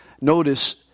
Notice